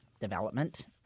development